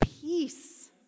peace